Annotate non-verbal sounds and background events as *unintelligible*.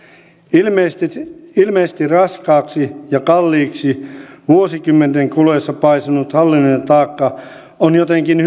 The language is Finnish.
ilmeisesti ilmeisesti raskaaksi ja kalliiksi vuosikymmenten kuluessa paisunut hallinnollinen taakka on jotenkin *unintelligible*